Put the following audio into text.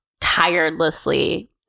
tirelessly